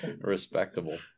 Respectable